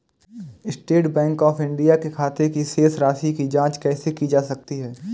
State Bank of India के खाते की शेष राशि की जॉंच कैसे की जा सकती है?